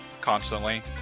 constantly